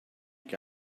que